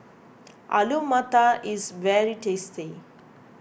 Alu Matar is very tasty